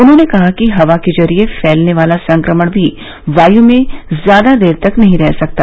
उन्होंने कहा कि हवा के जरिए फैलने वाला संक्रमण भी वायू में ज्यादा देर तक नहीं रह सकता